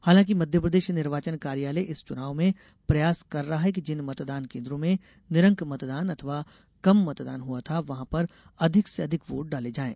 हालांकि मध्यप्रदेश निर्वाचन कार्यालय इस चुनाव में प्रयास कर रहा है कि जिन मतदान केन्द्रों में निरंक मतदान अथवा कम मतदान हुआ था वहां पर अधिक से अधिक वोट डाले जायें